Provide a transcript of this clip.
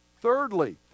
Thirdly